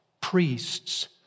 priests